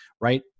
Right